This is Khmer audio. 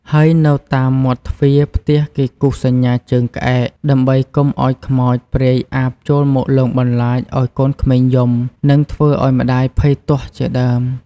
ហើយនៅតាមមាត់ទ្វារផ្ទះគេគូសសញ្ញាជើងក្អែក ដើម្បីកុំឱ្យខ្មោច ព្រាយអាបចូលមកលងបន្លាចឱ្យកូនក្មេងយំ និងធ្វើឱ្យម្តាយភ័យទាស់ជាដើម។